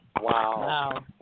Wow